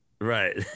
right